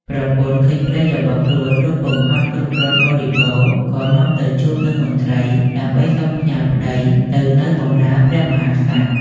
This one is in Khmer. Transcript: ប្រពន្ធឃើញប្តីរបស់ខ្លួនរត់ពុំហត់គ្រប់គ្រាន់បរិបូរ ក៏នាំទៅជួបនឹងមន្ត្រីដើម្បីសុំផ្ញើប្តីទៅនៅបម្រើព្រះមហាក្សត្រ។